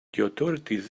authorities